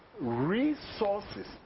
resources